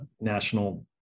national